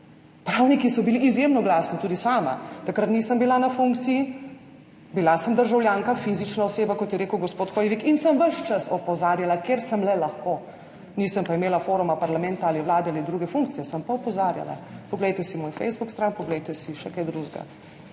pravniki so bili izjemno glasni, tudi sama takrat nisem bila na funkciji, bila sem državljanka, fizična oseba, kot je rekel gospod Hoivik, in sem ves čas opozarjala, kjer sem le lahko, nisem pa imela foruma, parlamenta ali Vlade ali druge funkcije, sem pa opozarjala. Poglejte si mojo Facebook stran, poglejte si še kaj drugega.